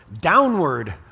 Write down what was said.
downward